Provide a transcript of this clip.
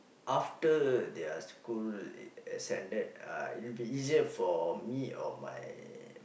after their school has ended uh it will be easier for me or my